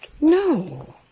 No